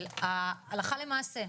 של הלכה למעשה,